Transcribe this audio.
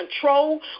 control